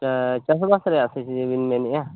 ᱪᱟᱥ ᱵᱟᱥ ᱨᱮᱭᱟᱜ ᱥᱮ ᱪᱮᱫ ᱵᱮᱱ ᱢᱮᱱᱮᱜᱼᱟ